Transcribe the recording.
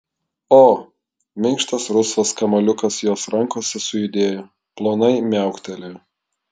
o minkštas rusvas kamuoliukas jos rankose sujudėjo plonai miauktelėjo